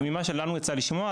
ממה שלנו יצא לשמוע,